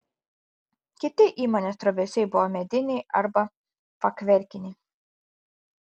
kiti įmonės trobesiai buvo mediniai arba fachverkiniai